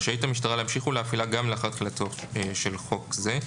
רשאית המשטרה להמשיך ולהפעילה גם לאחר תחילתו של חוק זה,